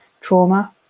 trauma